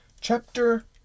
Chapter